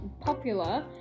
popular